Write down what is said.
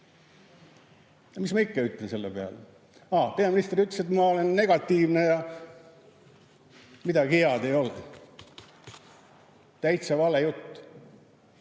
Mis ma ikka ütlen selle peale? Aa, peaminister ütles, et ma olen negatiivne, ja midagi head ei ole [leidnud]. Täitsa vale jutt.